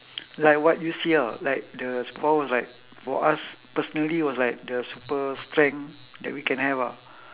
like what you see ah like the power was like for us personally was like the super strength that we can have ah